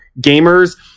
gamers